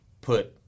put